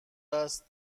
است